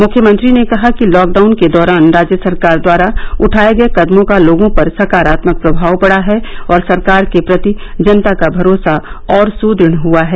मुख्यमंत्री ने कहा कि लॉकडाउन के दौरान राज्य सरकार द्वारा उठाए गए कदमों का लोगों पर सकारात्मक प्रभाव पडा है और सरकार के प्रति जनता का भरोसा और सुदृढ हआ है